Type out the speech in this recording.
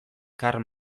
karl